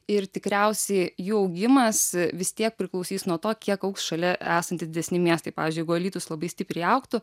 ir tikriausiai jų augimas vis tiek priklausys nuo to kiek augs šalia esanti didesni miestai pavyzdžiui jeigu alytus labai stipriai augtų